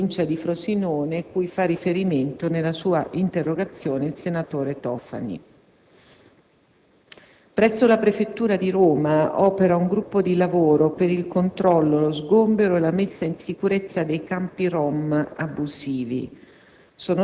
in provincia di Frosinone, cui fa riferimento il senatore Tofani nella sua interrogazione. Presso la prefettura di Roma opera un gruppo di lavoro per il controllo, lo sgombero e la messa in sicurezza dei campi Rom abusivi.